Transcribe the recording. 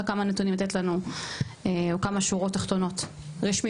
כמה נתונים לתת לנו או כמה שורות תחתונות רשמיות?